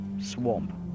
...swamp